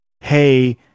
hey